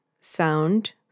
sound